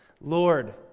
Lord